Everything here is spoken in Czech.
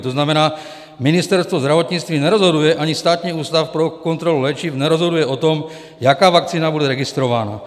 To znamená, Ministerstvo zdravotnictví nerozhoduje, ani Státní ústav pro kontrolu léčiv nerozhoduje o tom, jaká vakcína bude registrována.